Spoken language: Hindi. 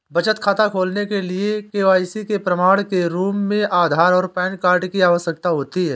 बचत खाता खोलने के लिए के.वाई.सी के प्रमाण के रूप में आधार और पैन कार्ड की आवश्यकता होती है